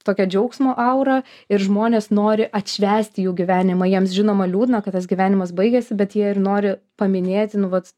tokią džiaugsmo aurą ir žmonės nori atšvęsti jų gyvenimą jiems žinoma liūdna kad tas gyvenimas baigėsi bet jie nori paminėti nu vat